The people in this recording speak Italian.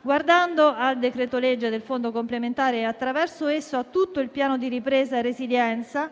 Guardando al decreto-legge del Fondo complementare e, attraverso di esso, a tutto il Piano nazionale di ripresa e resilienza,